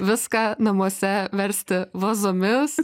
viską namuose versti vazomis